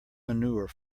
manure